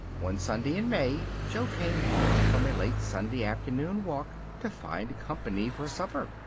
one sunday in may jo came home from a late-sunday-afternoon walk to find company for supper.